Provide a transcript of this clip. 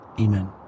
amen